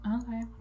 Okay